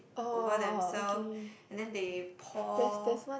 over themselves and then they pour